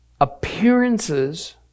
Appearances